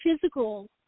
physical